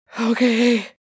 Okay